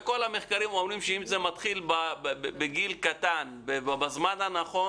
כל המחקרים אומרים שאם זה מתחיל בגיל קטן בזמן הנכון